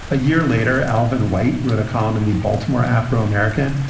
a year later, alvin white wrote a column in the baltimore afro-american,